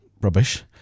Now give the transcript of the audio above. rubbish